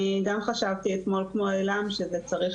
אני גם חשבתי אתמול כמו עילם שזה צריך